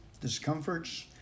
discomforts